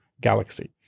galaxy